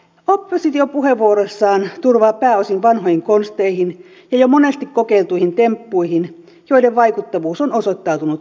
oppositio puheenvuoroissaan turvaa pääosin vanhoihin konsteihin ja jo monesti kokeiltuihin temppuihin joiden vaikuttavuus on osoittautunut varsin heikoksi